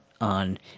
on